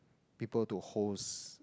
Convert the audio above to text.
people to host